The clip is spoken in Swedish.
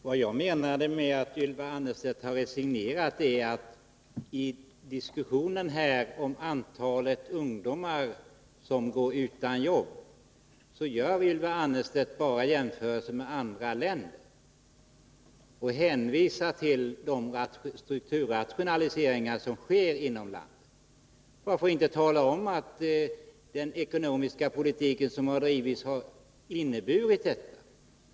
Herr talman! Vad jag menade med att Ylva Annerstedt har resignerat var att hon i diskussionen om antalet ungdomar som går utan jobb bara gör jämförelser med andra länder och hänvisar till de strukturrationaliseringar som sker inom landet. Varför inte tala om vad den ekonomiska politik som har bedrivits har inneburit?